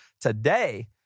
Today